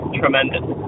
tremendous